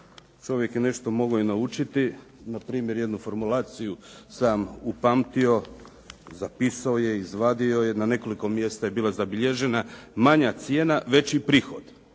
čovjek je nešto mogao i naučiti. Npr. jednu formulaciju sam upamtio, zapisao je, izvadio je, na nekoliko mjesta je bila zabilježena. Manja cijena, veći prihod.